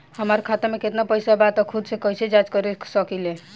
हमार खाता में केतना पइसा बा त खुद से कइसे जाँच कर सकी ले?